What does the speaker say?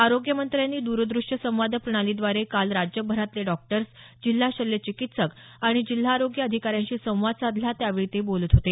आरोग्यमंत्र्यांनी द्रदृष्य संवाद प्रणालीद्वारे काल राज्यभरातले डॉक्टर्स जिल्हा शल्यचिकित्सक आणि जिल्हा आरोग्य अधिकाऱ्यांशी संवाद साधला त्यावेळी ते बोलत होते